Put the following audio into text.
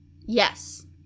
Yes